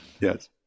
Yes